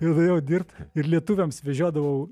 ir nuėjau dirbt ir lietuviams vežiodavau